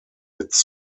its